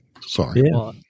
Sorry